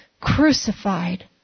crucified